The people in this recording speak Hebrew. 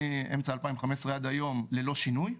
מאמצע 2015 עד היום ללא שינוי,